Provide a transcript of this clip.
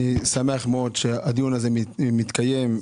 אני שמח מאוד שהדיון הזה מתקיים.